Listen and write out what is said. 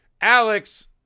alex